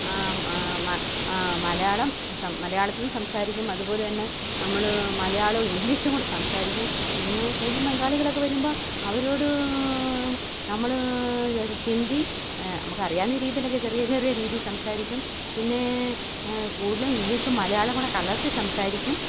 മലയാളം സം മലയാളത്തിൽ സംസാരിക്കും അതുപോലെ തന്നെ നമ്മൾ മലയാളോം ഇംഗ്ലീഷും കൂടെ സംസാരിക്കും പിന്നെ കൂടുതലും ബംഗാളികളൊക്കെ വരുമ്പോൾ അവരോടു നമ്മൾ ഹിന്ദി നമുക്ക് അറിയാവുന്ന രീതിയിലൊക്കെ ചെറിയ ചെറിയ രീതി സംസാരിക്കും പിന്നെ കൂടുതലും ഇംഗ്ലീഷും മലയാളം കൂടെ കലർത്തി സംസാരിക്കും